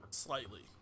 Slightly